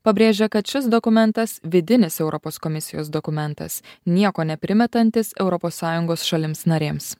pabrėžia kad šis dokumentas vidinis europos komisijos dokumentas nieko neprimetantis europos sąjungos šalims narėms